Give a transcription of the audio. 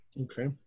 Okay